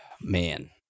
Man